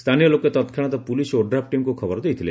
ସ୍ଚାନୀୟ ଲୋକେ ତତକ୍ଷଣାତ୍ ପୁଲିସ୍ ଓ ଓଡ୍ରାଫ୍ ଟିମ୍କୁ ଖବର ଦେଇଥିଲେ